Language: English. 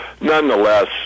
Nonetheless